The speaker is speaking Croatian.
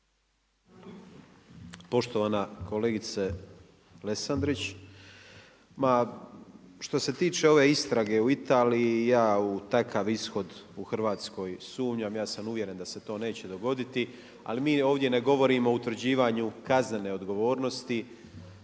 Poštovana kolegice Lesandrić. Ma što se tiče ove istrage u Italiji ja u takav ishod u Hrvatskoj sumnjam, ja sam uvjeren da se to neće dogoditi, ali mi ovdje ne govorimo o utvrđivanju kaznene odgovornosti